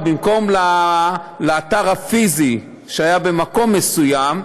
במקום האתר הפיזי שהיה במקום מסוים,